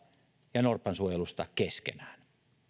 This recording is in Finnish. ja norpansuojelusta keskenään